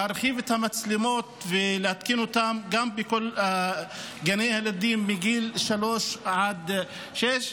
להרחיב את המצלמות ולהתקין אותן גם בכל גני הילדים לגיל שלוש עד שש.